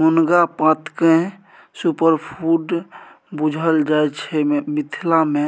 मुनगा पातकेँ सुपरफुड बुझल जाइ छै मिथिला मे